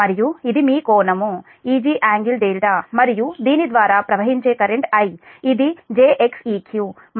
మరియు ఇది మీ కోణం Eg∟δ మరియు దీని ద్వారా ప్రవహించే కరెంట్ I ఇది j Xeq మరియు ఇది V2∟0